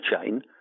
chain